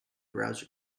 browser